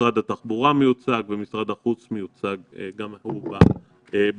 משרד התחבורה ומשרד החוץ גם מיוצגים בוועדה.